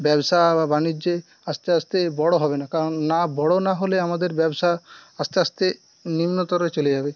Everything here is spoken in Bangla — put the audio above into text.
ব্যবসা বাণিজ্যে আস্তে আস্তে বড় হবে না কারণ না বড়ো না হলে আমাদের ব্যবসা আস্তে আস্তে নিম্নতরে চলে যাবে